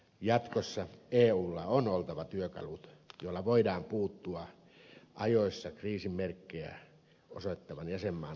jatkossa eulla on oltava työkalut joilla voidaan puuttua ajoissa kriisin merkkejä osoittavan jäsenmaan talouspolitiikkaan